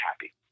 happy